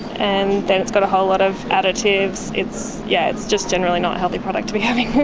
and then it's got a whole lot of additives. it's yeah it's just generally not a healthy product to be having.